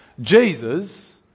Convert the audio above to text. Jesus